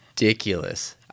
ridiculous